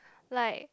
like